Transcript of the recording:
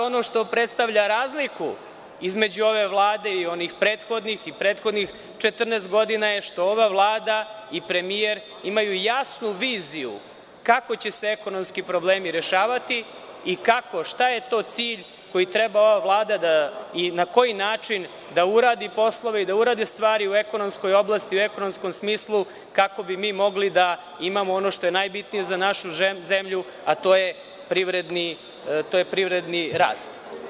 Ono što predstavlja razliku između ove Vlade i onih predhodnih i predhodnih 14 godina je što ova Vlada i premijer imaju jasnu viziju kako će se ekonomski problemi rešavati i šta je cilj koji ova Vlada i na koji način treba to da uradi poslove i stvari u ekonomskoj oblasti, u ekonomskom smislu kako bi mogli da imamo ono što je najbitnije za našu zemlju a, to je privredni rast.